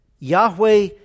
Yahweh